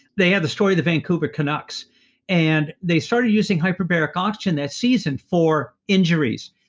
they had the story the vancouver canucks and they started using hyperbaric oxygen that season for injuries.